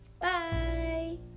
Bye